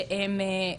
שהם,